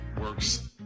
works